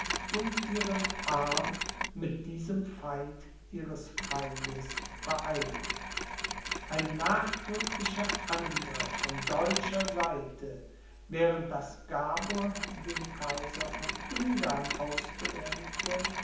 und ihren arm mit diesem feind ihres feindes vereinigt ein nachdrücklicher angriff von deutscher seite während daß gabor den kaiser von ungarn aus bedrängte